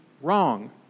wrong